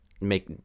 make